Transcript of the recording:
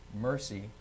mercy